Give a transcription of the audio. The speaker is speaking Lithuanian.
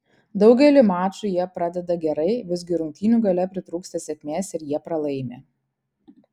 daugelį mačų jie pradeda gerai visgi rungtynių gale pritrūksta sėkmės ir jie pralaimi